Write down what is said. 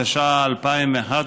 התשע"א 1201,